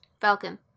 Falcon